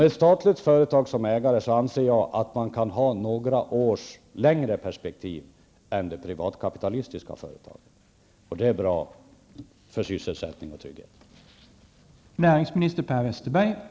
Ett företag med staten såsom ägare kan ha några års längre perspektiv än ett privatkapitalistiskt företag. Det är bra för tryggheten och sysselsättningen.